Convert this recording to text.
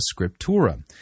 Scriptura